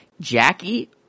Jackie